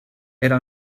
era